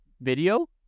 video